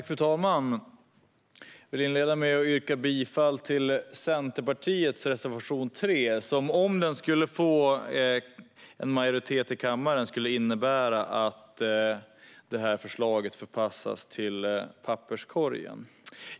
Fru talman! Jag vill inleda med att yrka bifall till Centerpartiets reservation 3, som om den skulle få en majoritet i kammaren skulle innebära att det här förslaget förpassas till papperskorgen.